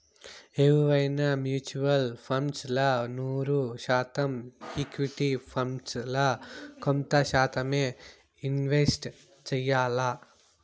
ఎవువైనా mutual funds ల నూరు శాతం ఈక్విటీ ఫండ్స్ ల కొంత శాతమ్మే ఇన్వెస్ట్ చెయ్యాల్ల